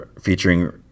featuring